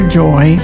joy